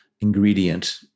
ingredient